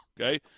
Okay